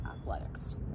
athletics